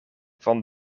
van